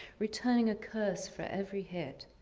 returning a curse for every hit.